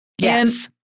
Yes